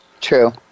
True